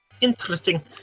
Interesting